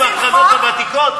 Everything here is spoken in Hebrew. אתה יודע מה עשינו בקרנות הוותיקות?